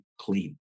clean